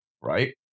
right